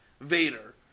Vader